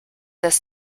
das